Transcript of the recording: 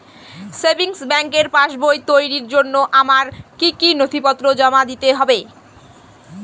Savings ব্যাংকের পাসবই তৈরির জন্য আমার কি কি নথিপত্র জমা দিতে হবে?